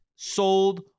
sold